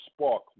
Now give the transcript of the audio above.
spark